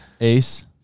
Ace